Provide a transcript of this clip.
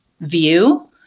view